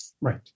Right